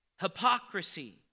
hypocrisy